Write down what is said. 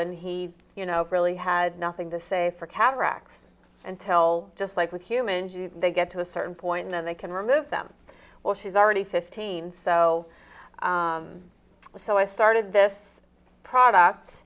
and he you know really had nothing to say for cataracts until just like with humans they get to a certain point and they can remove them well she's already fifteen so so i started this product